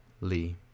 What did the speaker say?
Lee